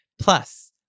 Plus